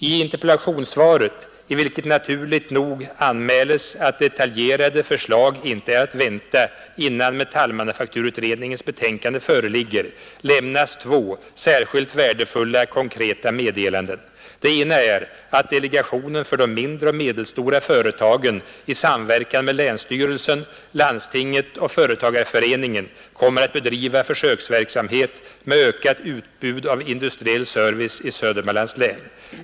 I interpellationssvaret, där det naturligt nog anmäles att detaljerade förslag inte är att vänta innan metallmanufakturutredningens betänkande föreligger, lämnas två särskilt värdefulla konkreta meddelanden. Det ena är att delegationen för de mindre och medelstora företagen i samverkan med länsstyrelsen, landstinget och företagarföreningen kommer att bedriva försöksverksamhet med ökat utbud av industriell service i Södermanlands län.